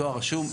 דואר רשום,